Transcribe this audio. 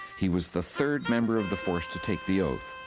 he was the third member of the force to take the oath,